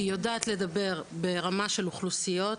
היא יודעת לדבר ברמה של אוכלוסיות,